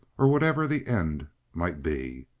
or whatever the end might be.